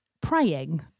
praying